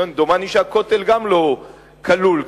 דומני שהכותל גם לא כלול כאן.